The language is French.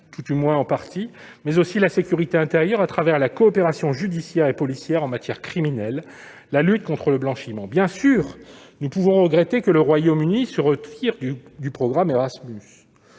du moins, en partie -, mais aussi la sécurité intérieure à travers la coopération judiciaire et policière en matière criminelle ou encore la lutte contre le blanchiment. Bien sûr, nous pouvons regretter que le Royaume-Uni se retire du programme Erasmus.